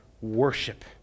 worship